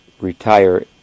retire